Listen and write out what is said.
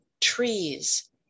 trees